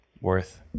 worth